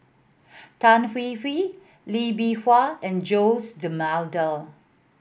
Tan Hwee Hwee Lee Bee Wah and Jose D'Almeida